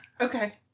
Okay